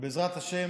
ובעזרת השם,